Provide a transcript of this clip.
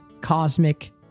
cosmic